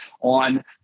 on